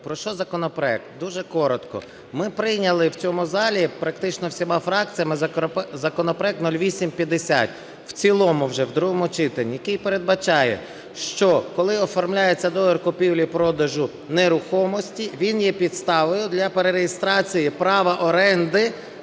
про що законопроект, дуже коротко. Ми прийняли в цьому залі практично всіма фракціями законопроект 0850 в цілому вже в другому читані, який передбачає, що коли оформляється договір купівлі-продажу нерухомості, він є підставою для перереєстрації права оренди